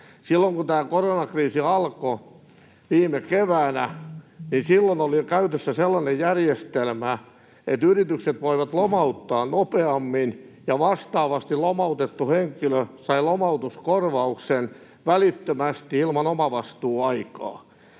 Silloin, kun tämä koronakriisi alkoi, viime keväänä, oli käytössä sellainen järjestelmä, että yritykset voivat lomauttaa nopeammin, ja vastaavasti lomautettu henkilö sai lomautuskorvauksen välittömästi ilman omavastuuaikaa.